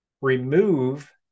remove